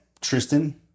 Tristan